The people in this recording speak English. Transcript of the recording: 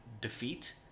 defeat